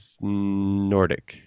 Nordic